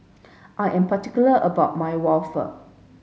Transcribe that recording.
I am particular about my waffle